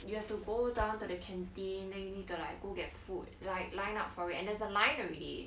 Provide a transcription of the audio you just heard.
you have to go down to the canteen then you need to like go get food like line up for it and there's a line already